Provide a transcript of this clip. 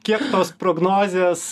kiek tos prognozės